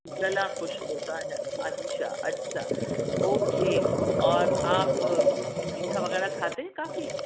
گلا خشک ہوتا ہے اچھا اچھا اوکے اور آپ میٹھا وغیرہ کھاتے ہیں کافی